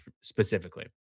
specifically